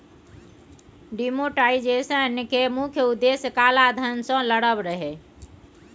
demonetisation केर मुख्य उद्देश्य काला धन सँ लड़ब रहय